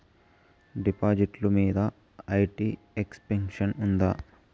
డిపాజిట్లు మీద IT exemption ఉందా?